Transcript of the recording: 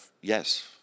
yes